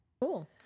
Cool